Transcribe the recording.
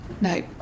No